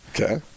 Okay